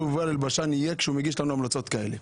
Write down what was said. יובל אלבשן יהיה כשהוא מגיש לנו המלצות כאלה.